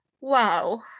wow